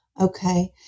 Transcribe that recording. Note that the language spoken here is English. Okay